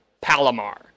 palomar